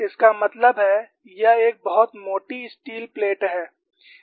इसका मतलब है यह एक बहुत मोटी स्टील प्लेट है